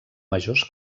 majors